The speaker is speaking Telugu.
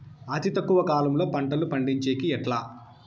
అతి తక్కువ కాలంలో పంటలు పండించేకి ఎట్లా?